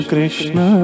Krishna